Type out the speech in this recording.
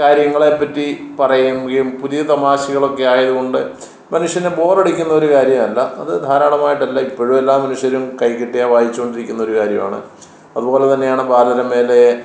കാര്യങ്ങളെപ്പറ്റി പറയുകയും പുതിയ തമാശകളൊക്കെ ആയതു കൊണ്ട് മനുഷ്യനു ബോറടിക്കുന്നൊരു കാര്യമല്ല അതു ധാരാളമായിട്ടല്ല ഇപ്പോഴും എല്ലാ മനുഷ്യരും കയ്യിൽ കിട്ടിയാൽ വായിച്ചു കൊണ്ടിരിക്കുന്നൊരു കാര്യമാണ് അതുപോലെ തന്നെയാണ് ബാലരമയിലെ